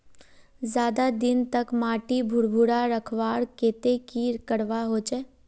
ज्यादा दिन तक माटी भुर्भुरा रखवार केते की करवा होचए?